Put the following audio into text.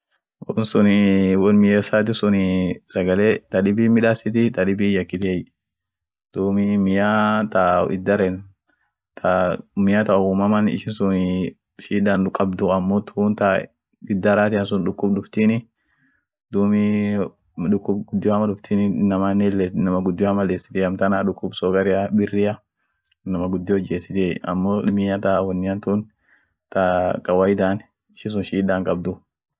won sunii won miesaati sun, sagale tadibi hinmidaasiti tadibi hinyakit, duumii mia ta idaren, mian ta uumama ishin shun shiida hinkabdu amo ta idaraansun dukub duftiini, dugub gudio hama duftiini inama gudio hama leesit, ak dukub sukaria inama gudio hama leesit amo mian ta kawaidan shida hinkabdu